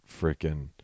freaking